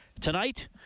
tonight